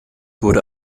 wurde